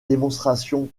démonstration